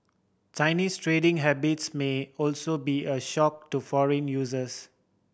Chinese trading habits may also be a shock to foreign users